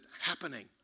happening